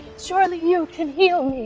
surely you can heal